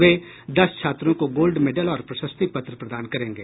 वे दस छात्रों को गोल्ड मेडल और प्रशस्ति पत्र प्रदान करेंगे